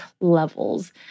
levels